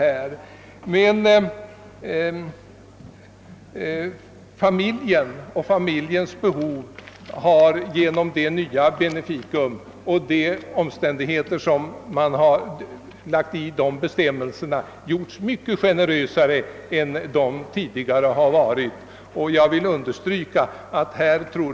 När det gäller familjen och familjens behov har det nya beneficium, som har lagts in i bestämmelserna, gjorts mycket generösare än tidigare var fallet.